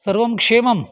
सर्वं क्षेमम्